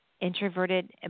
introverted